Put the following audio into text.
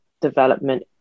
development